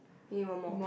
need one more